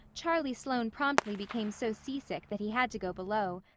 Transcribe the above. charlie sloane promptly became so seasick that he had to go below,